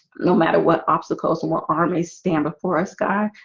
no matter what obstacles. and what are may stand before our sky?